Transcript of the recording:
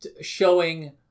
showing